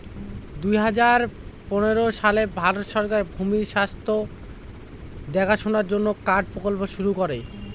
দুই হাজার পনেরো সালে ভারত সরকার ভূমির স্বাস্থ্য দেখাশোনার জন্য কার্ড প্রকল্প শুরু করে